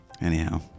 Anyhow